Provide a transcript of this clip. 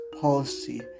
policy